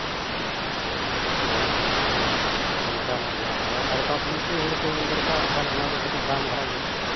ᱦᱚᱸ ᱦᱳᱭ ᱚᱱᱠᱟᱱᱟᱜ ᱫᱟᱢ ᱦᱳᱭ ᱟᱨ ᱵᱟᱥᱢᱚᱛᱤ ᱦᱩᱲᱩ ᱠᱚ ᱵᱤᱱ ᱫᱤᱨᱠᱟᱨᱚᱜ ᱠᱷᱟᱱ ᱚᱱᱟ ᱫᱚ ᱠᱟᱹᱴᱤᱡ ᱫᱟᱢ ᱫᱷᱟᱨᱟ ᱜᱮᱭᱟ